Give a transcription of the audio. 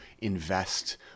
invest